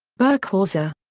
birkhauser.